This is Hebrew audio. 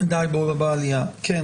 בבקשה, דב.